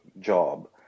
job